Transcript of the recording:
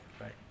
right